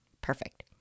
Perfect